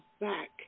back